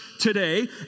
today